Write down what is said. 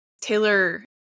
Taylor